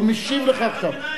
הוא משיב לך עכשיו.